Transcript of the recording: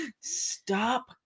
Stop